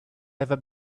ever